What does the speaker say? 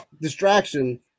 distraction